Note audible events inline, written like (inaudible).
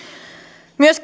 myös (unintelligible)